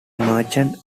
merchant